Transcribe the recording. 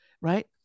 Right